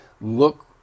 look